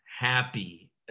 happy